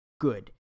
good